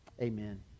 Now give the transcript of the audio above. Amen